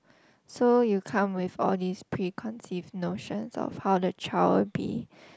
so you come with all these pre conceive notions of how the child would be